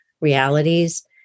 realities